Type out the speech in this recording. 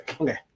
Okay